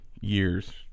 years